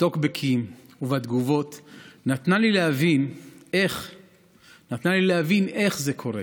בטוקבקים ובתגובות נתנה לי להבין איך זה קורה.